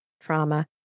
trauma